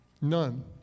None